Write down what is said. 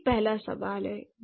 यह पहला सवाल है